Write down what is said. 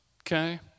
okay